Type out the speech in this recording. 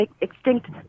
extinct